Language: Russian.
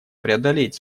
преодолеть